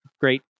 great